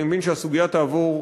אני מבין שהסוגיה תעבור,